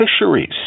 Fisheries